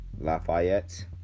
Lafayette